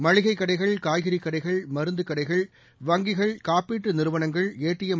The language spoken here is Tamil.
மளிகை கடைகள் காய்கறி கடைகள் மருந்து கடைகள் வங்கிகள் காப்பீட்டு நிறுவனங்கள் ஏடிஎம்